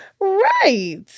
Right